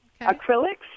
acrylics